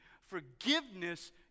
forgiveness